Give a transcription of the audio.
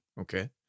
okay